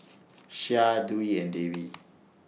Syah Dwi and Dewi